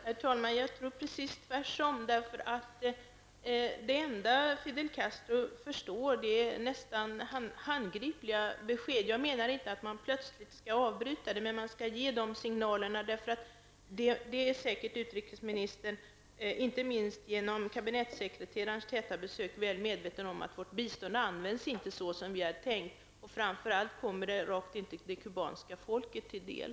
Herr talman! Jag tror precis tvärtom. Det enda som Fidel Castro förstår är nästan handgripliga besked. Jag menar inte att man plötsligt skall avbryta biståndet utan ge dessa signaler. Utrikesministern är säkerligen väl medveten om, inte minst genom kabinettssekreterarens täta besök i Cuba, att vårt bistånd inte används på det sätt som vi hade tänkt. Framför allt kommer det rakt inte det cubanska folket till del.